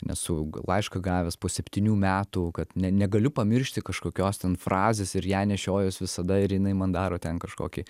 esu laišką gavęs po septynių metų kad ne negaliu pamiršti kažkokios ten frazės ir ją nešiojuos visada ir jinai man daro ten kažkokį